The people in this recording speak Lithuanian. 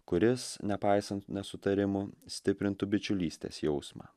kuris nepaisant nesutarimų stiprintų bičiulystės jausmą